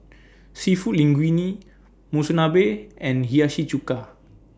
Seafood Linguine Monsunabe and Hiyashi Chuka